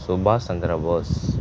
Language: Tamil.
சுபாசந்திரபோஸ்